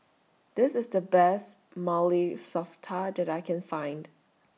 This IS The Best Maili Softa that I Can Find